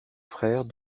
frère